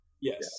Yes